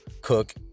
cook